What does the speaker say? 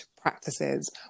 practices